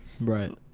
right